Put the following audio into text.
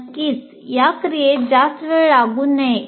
नक्कीच या क्रियेत जास्त वेळ लागू नये